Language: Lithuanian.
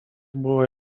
buvo